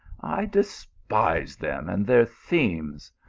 i, despise them and their themes.